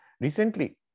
Recently